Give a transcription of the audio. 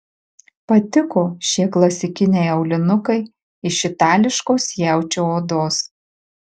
patiko šie klasikiniai aulinukai iš itališkos jaučio odos